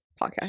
podcast